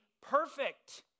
perfect